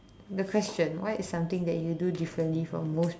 the question what is something that you do differently from most people